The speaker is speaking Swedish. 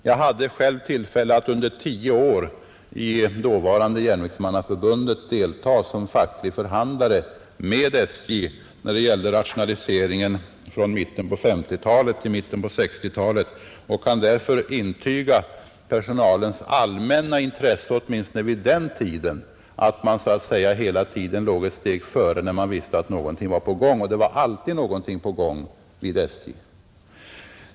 Jag hade själv tillfälle att under tio år i dåvarande Järnvägsmannaförbundet delta som facklig förhandlare med SJ när det gällde rationaliseringen från mitten av 1950-talet till mitten av 1960-talet och kan därför intyga personalens allmänna intresse åtminstone vid den tiden att man hela tiden skulle ligga ett steg före när man visste att någonting var på gång — och det var alltid någonting på gång vid SJ.